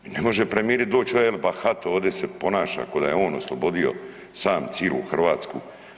I ne može premijer doći El bahato ovdje se ponaša kao da je on oslobodio sam cijelu Hrvatsku.